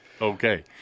Okay